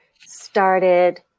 started